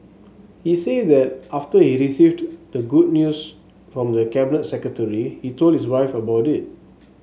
he said that after he received the good news from the Cabinet Secretary he told his wife about it